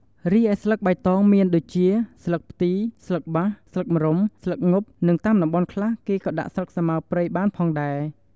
រីឯបន្លែស្លឹកបៃតងមានដូចជា ស្លឹកផ្ទី ស្លឹកបាស ស្លឹកម្រុំ ស្លឹកងប់ និងតាមតំបន់ខ្លះក៏គេដាក់ស្លឹកសាម៉ាវព្រៃបានផងដែរ។